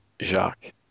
Jacques